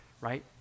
right